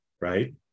right